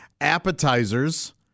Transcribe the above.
appetizers